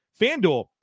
Fanduel